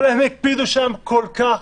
אבל הם הקפידו שם כל כך,